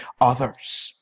others